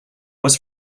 was